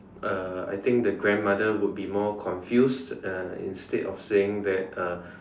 uh I think the grandmother would be more confused uh instead of saying that uh